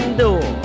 door